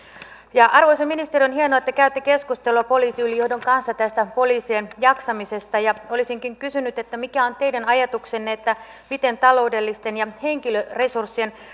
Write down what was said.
ja arvoisa ministeri on hienoa että te käytte keskustelua poliisiylijohdon kanssa tästä poliisien jaksamisesta olisinkin kysynyt mikä on teidän ajatuksenne miten taloudelliset ja henkilöresurssien